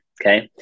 okay